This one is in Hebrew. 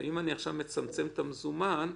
ואם אני עכשיו מצמצם את היכולת לשימוש במזומן,